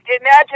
imagine